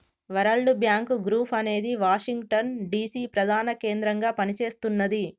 world bank group అనేది Washington DC ప్రధాన కేంద్రంగా పనిచేస్తున్నది